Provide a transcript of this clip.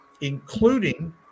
including